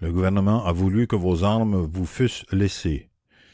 le gouvernement a voulu que vos armes vous fussent laissées